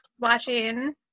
watching